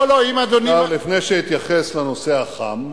לא, לא, אם אדוני, לפני שאתייחס לנושא החם,